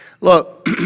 Look